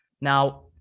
now